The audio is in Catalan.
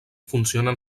funcionen